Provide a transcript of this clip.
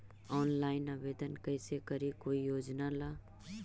Online आवेदन कैसे करी कोई योजना ला?